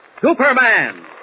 Superman